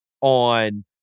on